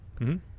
-hmm